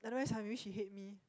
otherwise uh maybe she hate me